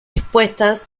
respuestas